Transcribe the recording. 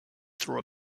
through